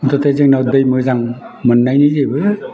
मुथथे जोंनाव दै मोजां मोननायनि जेबो